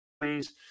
please